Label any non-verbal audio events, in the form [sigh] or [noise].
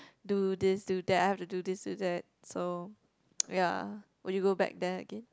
do this do that I have to do this do that so [noise] ya would you go back there again